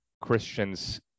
christians